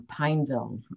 Pineville